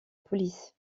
police